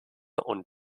und